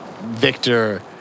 Victor